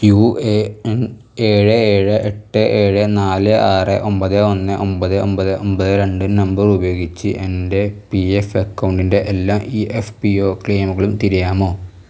U A N ഏഴ് ഏഴ് എട്ട് ഏഴ് നാല് ആറ് ഒമ്പത് ഒന്ന് ഒമ്പത് ഒമ്പത് ഒമ്പത് രണ്ട് നമ്പർ ഉപയോഗിച്ച് എൻ്റെ പി എഫ് അക്കൗണ്ടിൻ്റെ എല്ലാ ഇ എഫ് പി ഒ ക്ലെയിമുകളും തിരയാമോ